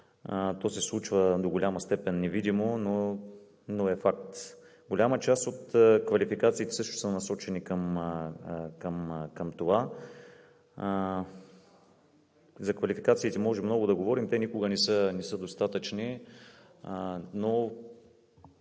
То се случва до голяма степен невидимо, но е факт. Голяма част от квалификациите също са насочени към това. За квалификациите можем много да говорим, те никога не са достатъчни, но